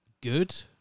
good